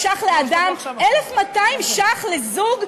והחוק הזה בא מתוך פנייה של עשרות הורים